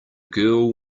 girl